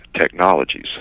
technologies